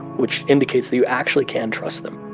which indicates that you actually can trust them